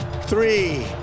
three